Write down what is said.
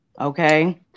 okay